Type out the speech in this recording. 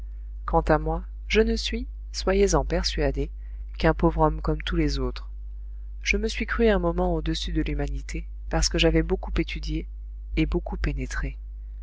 quant à moi je ne suis soyez-en persuadé qu'un pauvre homme comme tous les autres je me suis cru un moment au-dessus de l'humanité parce que j'avais beaucoup étudié et beaucoup pénétré